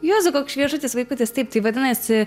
jėzau koks šviežutis vaikutis taip tai vadinasi